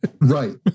right